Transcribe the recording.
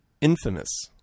infamous